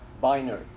binary